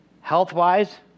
Health-wise